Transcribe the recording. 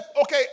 okay